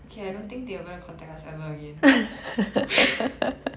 okay I don't think they are gonna contact us ever again